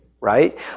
right